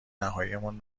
نهاییمان